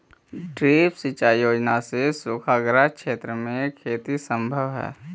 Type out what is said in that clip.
drip सिंचाई योजना से सूखाग्रस्त क्षेत्र में खेती सम्भव हइ